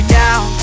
down